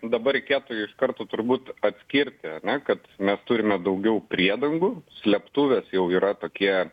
dabar reikėtų iš karto turbūt atskirti ar ne kad mes turime daugiau priedangų slėptuvės jau yra tokie